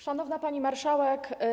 Szanowna Pani Marszałek!